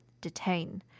detain